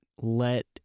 let